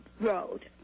road